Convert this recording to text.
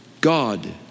God